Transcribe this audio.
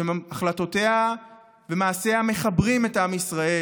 והחלטותיה ומעשיה מחברים את עם ישראל,